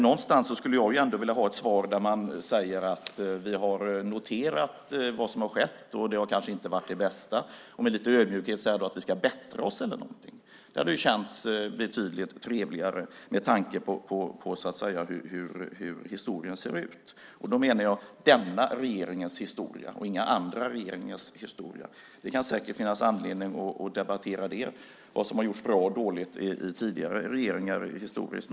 Någonstans skulle jag ändå vilja ha ett svar där man säger att man har noterat vad som har skett, att det kanske inte har varit det bästa, och med lite ödmjukhet säger att man ska bättra sig. Det hade känts betydligt trevligare, med tanke på hur historien ser ut. Då menar jag denna regerings historia, och inga andra regeringars historia. Det kan säkert finnas anledning att debattera vad som har gjorts bra och dåligt av tidigare regeringar historiskt.